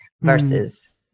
versus